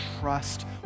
trust